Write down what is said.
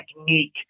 technique –